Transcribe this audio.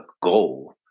goal